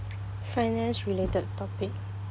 finance-related topic